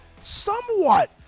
somewhat